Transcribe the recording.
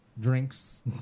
drinks